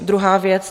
Druhá věc.